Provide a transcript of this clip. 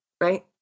right